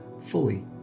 fully